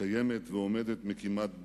קיימת ועומדת מקדמת דנא,